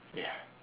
ya